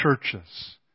churches